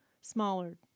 smaller